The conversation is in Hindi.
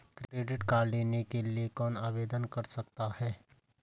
क्रेडिट कार्ड लेने के लिए कौन आवेदन कर सकता है?